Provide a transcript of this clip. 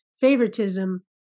favoritism